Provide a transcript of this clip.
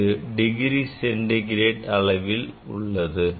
இது degree centigrade அளவு கோலில் உள்ளது